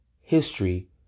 history